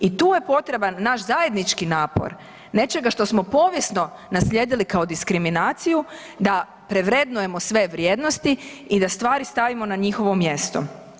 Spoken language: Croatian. I to je potreban naš zajednički napor nečega što smo povijesno naslijedili kao diskriminaciju, da prevrednujemo sve vrijednosti i da stvari stavimo na njihovo mjesto.